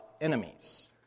enemies